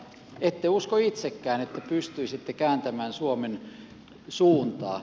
ette usko itsekään että pystyisitte kääntämään suomen suuntaa